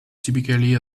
typically